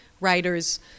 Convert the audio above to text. writers